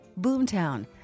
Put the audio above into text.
Boomtown